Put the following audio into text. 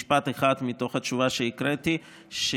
משפט אחד מתוך התשובה שהקראתי, שהוא